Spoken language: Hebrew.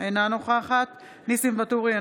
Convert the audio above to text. אינה נוכחת ניסים ואטורי,